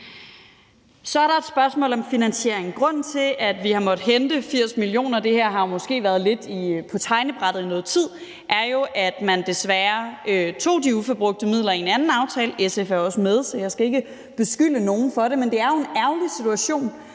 Så er der et spørgsmål om finansiering. Grunden til, at vi har måttet hente 80 mio. kr. – og det her har måske været lidt på tegnebrættet i noget tid – er jo, at man desværre tog de ubrugte midler i en anden aftale. Og SF er også med, så jeg skal jo ikke beskylde nogen for det, men det er jo en ærgerlig situation,